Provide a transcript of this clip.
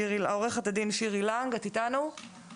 עורכת הדין שירי לנג, אנחנו נשמח